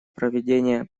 проведения